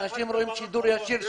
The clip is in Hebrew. אנשים רואים שידור ישיר,